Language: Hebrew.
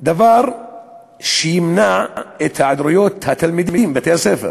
דבר שימנע היעדרויות תלמידים מבתי-הספר.